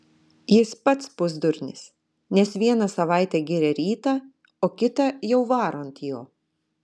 jis pats pusdurnis nes vieną savaitę giria rytą o kitą jau varo ant jo